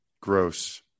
Gross